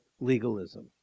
legalism